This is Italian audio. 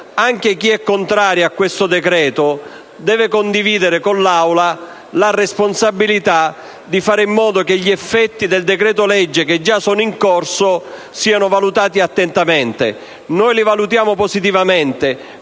anche chi è contrario a questo provvedimento deve condividere con l'Aula la responsabilità di fare in modo che gli effetti del decreto-legge, che già sono in corso, siano valutati attentamente. Noi li valutiamo positivamente,